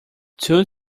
two